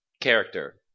character